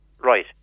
right